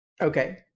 Okay